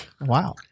Wow